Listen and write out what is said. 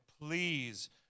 please